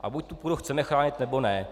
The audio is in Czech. A buď tu půdu chceme chránit, nebo ne.